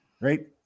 right